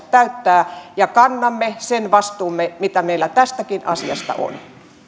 täyttää ja kannamme sen vastuumme mitä meillä tästäkin asiasta on